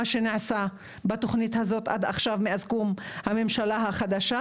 שנעשה עם התוכנית הזו מאז קום הממשלה החדשה